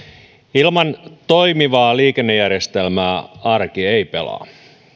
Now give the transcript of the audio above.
ilman toimivaa liikennejärjestelmää arki ei pelaa